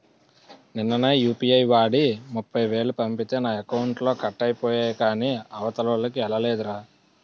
నిన్ననే యూ.పి.ఐ వాడి ముప్ఫైవేలు పంపితే నా అకౌంట్లో కట్ అయిపోయాయి కాని అవతలోల్లకి ఎల్లలేదురా